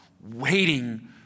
waiting